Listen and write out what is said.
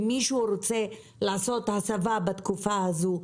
אם מישהו רוצה לעשות הסבה בתקופה הזו,